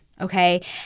okay